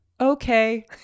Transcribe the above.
okay